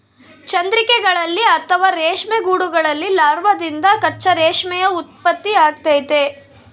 ಚಂದ್ರಿಕೆಗಳಲ್ಲಿ ಅಥವಾ ರೇಷ್ಮೆ ಗೂಡುಗಳಲ್ಲಿ ಲಾರ್ವಾದಿಂದ ಕಚ್ಚಾ ರೇಷ್ಮೆಯ ಉತ್ಪತ್ತಿಯಾಗ್ತತೆ